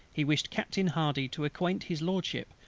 he wished captain hardy to acquaint his lordship,